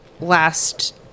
last